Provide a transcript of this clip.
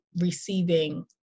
receiving